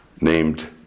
named